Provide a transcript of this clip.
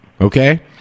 Okay